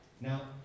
Now